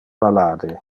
malade